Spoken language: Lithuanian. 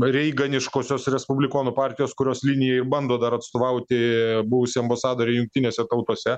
reiganiškosios respublikonų partijos kurios linijai ir bando dar atstovauti buvusi ambasadorė jungtinėse tautose